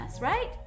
right